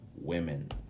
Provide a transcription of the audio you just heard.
women